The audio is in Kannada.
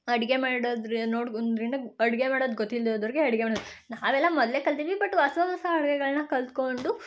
ಅಡಿಗೆ ಮಾಡೋದ್ರ ನೋಡೋದರಿಂದ ಅಡಿಗೆ ಮಾಡೋದು ಗೊತ್ತಿಲ್ಲದೇದ್ದೋರ್ಗೆ ಅಡಿಗೆ ಮಾಡೋದು ನಾವೆಲ್ಲ ಮೊದಲೇ ಕಲಿತಿದ್ವಿ ಬಟ್ ಹೊಸ ಹೊಸ ಅಡಿಗೆಗಳನ್ನ ಕಲ್ತುಕೊಂಡು